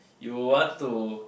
you will want to